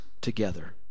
together